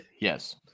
Yes